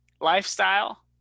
lifestyle